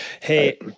hey